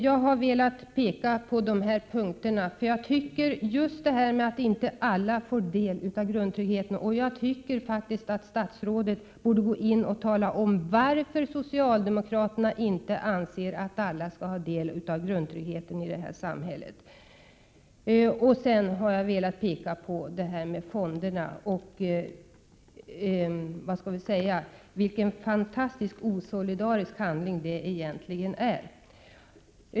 Jag har velat peka på dessa punkter, och jag tycker att statsrådet borde tala om varför socialdemokraterna inte anser att alla skall ha del av grundtryggheten i samhället. Dessutom har jag velat påtala hur fantastiskt osolidariska fonderna egentligen är.